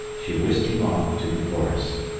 she whisked him off to the forest.